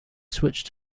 switch